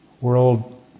World